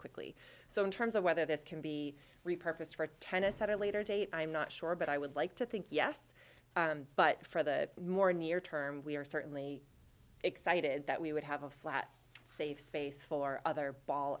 quickly so in terms of whether this can be repurposed for tennis at a later date i'm not sure but i would like to think yes but for the more near term we are certainly excited that we would have a flat safe space for other